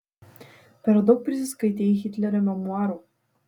per daug prisiskaitei hitlerio memuarų